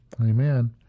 Amen